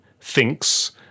thinks